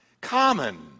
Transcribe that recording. common